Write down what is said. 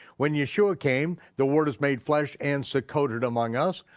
when yeshua came, the word is made flesh and succothed among us.